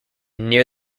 near